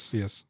yes